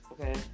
Okay